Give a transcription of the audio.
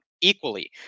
equally